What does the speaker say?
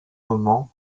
moments